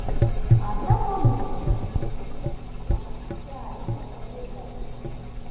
आंदा थुहानू कुछ